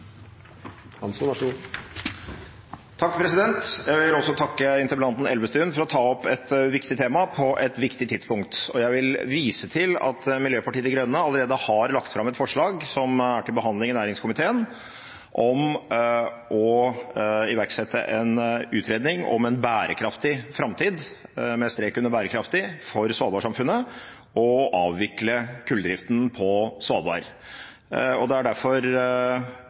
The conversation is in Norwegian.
Jeg vil også takke interpellanten Elvestuen for å ta opp et viktig tema på et viktig tidspunkt. Jeg vil vise til at Miljøpartiet De Grønne allerede har lagt fram et forslag som er til behandling i næringskomiteen om å iverksette en utredning om en bærekraftig framtid – med strek under bærekraftig – for svalbardsamfunnet og avvikle kulldriften på Svalbard. Det er derfor